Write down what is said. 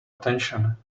attention